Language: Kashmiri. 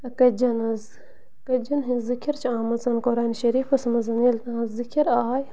کٔتجَن حظ کٔتجن ۂنٛز ذکِر چھِ آمٕژ قرانِ شریٖفَس منٛز ییٚلہِ یِہٕنٛز ذکِر آے